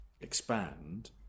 expand